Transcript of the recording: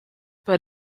but